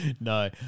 No